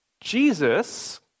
Jesus